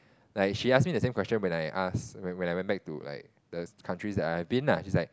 like she ask me the same question when I ask when when I went back to the like countries that I've been lah she's like